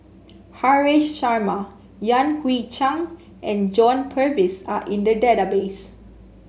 Haresh Sharma Yan Hui Chang and John Purvis are in the database